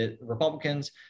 Republicans